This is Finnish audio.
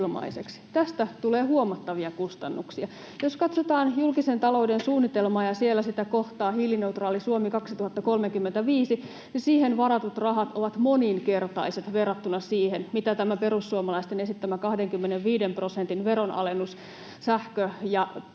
tästä tulee huomattavia kustannuksia. Jos katsotaan julkisen talouden suunnitelmaa ja siellä kohtaa hiilineutraalista Suomesta 2035, niin siihen varatut rahat ovat moninkertaiset verrattuna siihen, mitä tämä perussuomalaisten esittämä 25 prosentin ve-ronalennus sähkön ja liikenteen